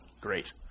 great